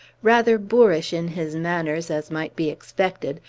rather boorish in his manners, as might be expected,